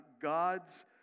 God's